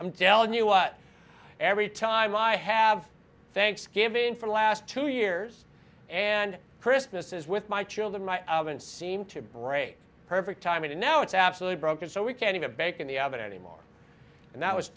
i'm telling you what every time i have thanksgiving for the last two years and christmas is with my children my oven seem to break perfect timing and now it's absolutely broken so we can have a bake in the of it anymore and that was